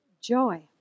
Joy